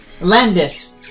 Landis